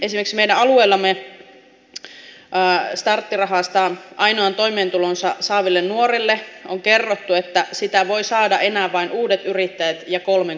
esimerkiksi meidän alueellamme starttirahasta ainoan toimeentulonsa saaville nuorille on kerrottu että sitä voivat saada enää vain uudet yrittäjät ja kolmen kuukauden ajan